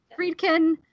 Friedkin